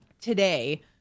today